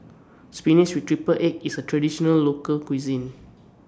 Spinach with Triple Egg IS A Traditional Local Cuisine